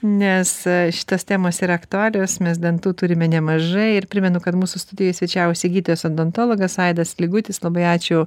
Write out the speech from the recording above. nes šitos temos yra aktualios mes dantų turime nemažai ir primenu kad mūsų studijoj svečiavosi gydytojas odontologas aidas ligutis labai ačiū